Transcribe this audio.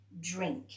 drink